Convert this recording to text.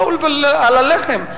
באו, על הלחם.